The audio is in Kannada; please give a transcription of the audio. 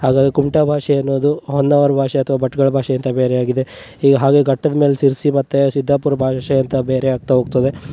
ಹಾಗಾಗಿ ಕುಮಟಾ ಭಾಷೆ ಅನ್ನೋದು ಹೊನ್ನಾವರ ಭಾಷೆ ಅಥ್ವಾ ಭಟ್ಕಳ ಭಾಷೆ ಅಂತ ಬೇರೆ ಆಗಿದೆ ಈಗ ಹಾಗೇ ಘಟ್ಟದ ಮೇಲೆ ಶಿರ್ಸಿ ಮತ್ತು ಸಿದ್ದಾಪುರ ಭಾಷೆ ಅಂತ ಬೇರೆ ಆಗ್ತಾ ಹೋಗ್ತದೆ